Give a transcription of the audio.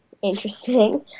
Interesting